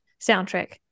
soundtrack